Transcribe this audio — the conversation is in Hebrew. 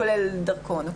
כולל דרכון.